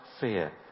fear